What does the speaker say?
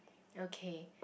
okay